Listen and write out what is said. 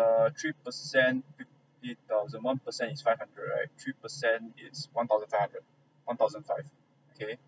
err three percent fifty thousand one percent is five hundred right three percent is one thousand five hundred one thousand five okay